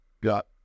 got